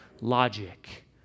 logic